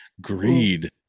greed